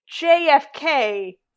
JFK